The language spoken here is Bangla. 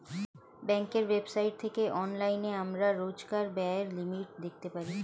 ব্যাঙ্কের ওয়েবসাইট থেকে অনলাইনে আমরা রোজকার ব্যায়ের লিমিট দেখতে পারি